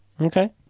Okay